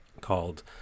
called